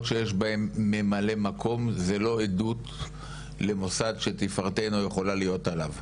שיש בהם ממלא מקום זה לא עדות למוסד שתפארתנו יכולה להיות עליו